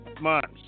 months